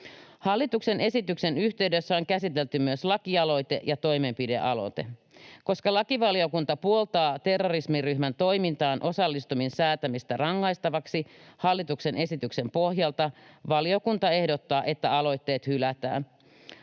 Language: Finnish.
Hallituksen esityksen yhteydessä on käsitelty myös lakialoite ja toimenpidealoite. Koska lakivaliokunta puoltaa terrorismiryhmän toimintaan osallistumisen säätämistä rangaistavaksi hallituksen esityksen pohjalta, valiokunta ehdottaa, että aloitteet hylätään.